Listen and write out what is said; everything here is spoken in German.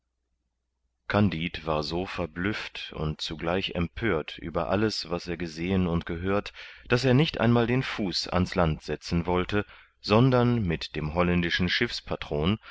kandid war so verblüfft und zugleich empört über alles was er gesehen und gehört daß er nicht einmal den fuß ans land setzen wollte sondern mit dem holländischen